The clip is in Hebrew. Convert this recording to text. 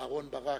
אהרן ברק,